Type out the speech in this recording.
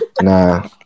Nah